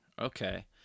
okay